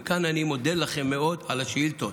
וכאן אני מודה לכם מאוד על השאילתות.